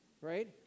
right